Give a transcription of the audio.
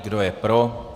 Kdo je pro?